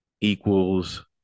equals